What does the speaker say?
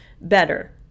better